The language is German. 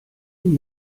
ihn